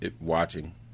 watching